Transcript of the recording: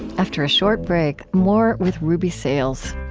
after a short break, more with ruby sales.